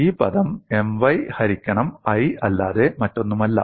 ഈ പദം M y ഹരിക്കണം I അല്ലാതെ മറ്റൊന്നുമല്ല